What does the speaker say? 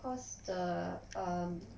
cause the um